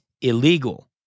illegal